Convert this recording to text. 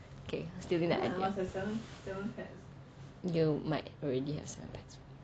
okay stealing the idea you might already have seven pets